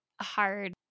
hard